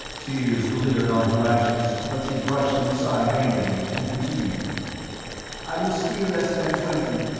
tears glittered on her lashes, but she brushed them aside angrily, and continued i was still less than twenty,